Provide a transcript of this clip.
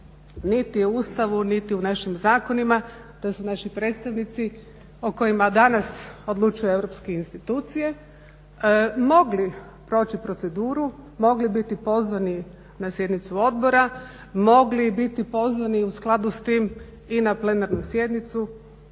niti u Ustavu niti u našim zakonima da su naši predstavnici o kojima danas odlučuju europske institucije mogli proći proceduru, mogli biti pozvani na sjednicu odbora, mogli biti pozvani u skladu sa time i na plenarnu sjednicu.